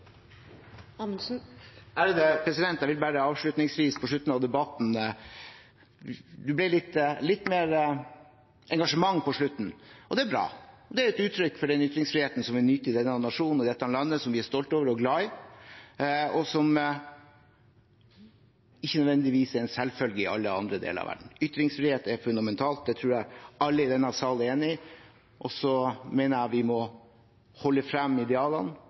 bra. Det er et uttrykk for den ytringsfriheten som vi nyter i denne nasjonen, i dette landet som vi er stolt over og glad i, og som ikke nødvendigvis er en selvfølge i alle andre deler av verden. Ytringsfrihet er fundamentalt, det tror jeg alle i denne sal er enig i. Jeg mener vi må holde frem idealene,